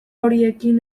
horiekin